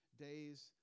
days